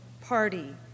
party